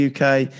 UK